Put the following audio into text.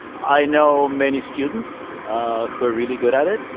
i know many students ah who are really good at it.